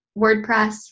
WordPress